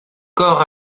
corps